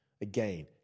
Again